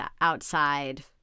outside